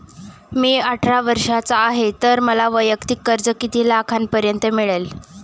मी अठरा वर्षांचा आहे तर मला वैयक्तिक कर्ज किती लाखांपर्यंत मिळेल?